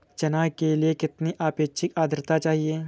चना के लिए कितनी आपेक्षिक आद्रता चाहिए?